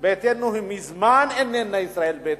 ביתנו היא מזמן איננה ישראל ביתנו,